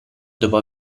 dopo